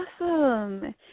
awesome